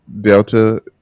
Delta